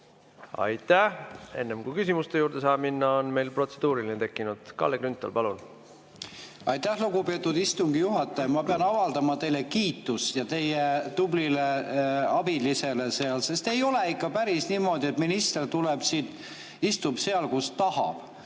Aitäh! Enne kui küsimuste juurde saab minna, on meil protseduuriline tekkinud. Kalle Grünthal, palun! Aitäh, lugupeetud istungi juhataja! Ma pean avaldama teile kiitust ja ka teie tublile abilisele seal. Ei ole ikka päris niimoodi, et minister tuleb siit ja istub seal, kus tahab.